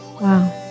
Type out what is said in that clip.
Wow